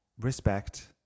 respect